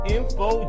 Info